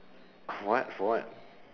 what for what